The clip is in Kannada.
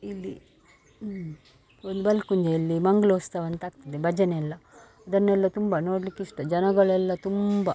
ಇಲ್ಲಿ ಒಂದು ಬಲ್ಕುಂಜೆಯಲ್ಲಿ ಮಂಗಳೋತ್ಸವ ಅಂತ ಆಗ್ತದೆ ಭಜನೆ ಎಲ್ಲ ಅದನ್ನೆಲ್ಲ ತುಂಬ ನೋಡ್ಲಿಕ್ಕೆ ಇಷ್ಟ ಜನಗಳೆಲ್ಲ ತುಂಬ